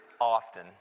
often